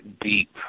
deep